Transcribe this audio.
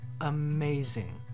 amazing